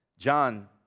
John